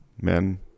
men